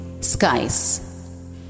skies